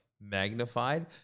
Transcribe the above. magnified